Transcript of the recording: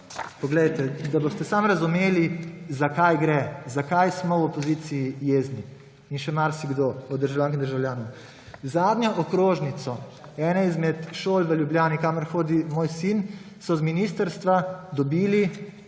poglejte, da boste samo razumeli, za kaj gre. Zakaj smo v opoziciji jezni in še marsikdo od državljank in državljanov? Zadnjo okrožnico ene izmed šol v Ljubljani, kamor hodi moj sin, so iz ministrstva dobili